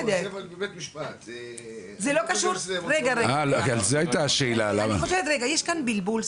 יש כאן בלבול.